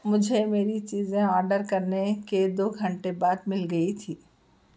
مجھے میری چیزیں آرڈر کرنے کے دو گھنٹے بعد مل گئی تھی